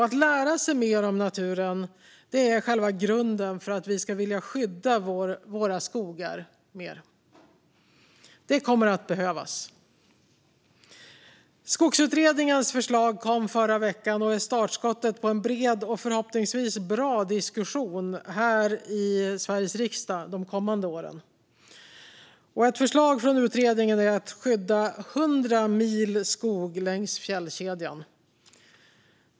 Att lära sig mer om naturen är själva grunden för att vi ska vilja skydda våra skogar. Det kommer att behövas. Skogsutredningens förslag kom förra veckan och är startskottet på en bred och förhoppningsvis bra diskussion här i Sveriges riksdag de kommande åren. Ett förslag från utredningen är att skydda 100 mil skog längs fjällkedjan.